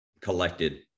collected